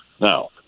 Now